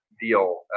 deal